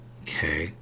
Okay